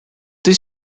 this